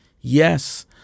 Yes